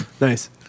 nice